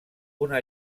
una